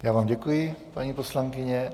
Já vám děkuji, paní poslankyně.